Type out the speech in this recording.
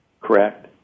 Correct